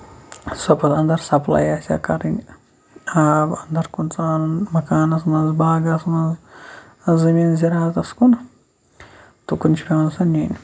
سۄ پتہٕ اَندر سَپلے آسیا کَرٕنۍ آب اَندر کُن ژانُن مَکانَس منٛز باغس منٛز زٔمیٖن زِرعتس کُن تُکُن چھُ آسان نینۍ